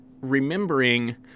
remembering